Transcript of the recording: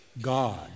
God